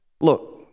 Look